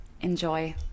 Enjoy